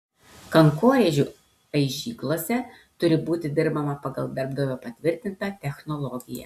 kankorėžių aižyklose turi būti dirbama pagal darbdavio patvirtintą technologiją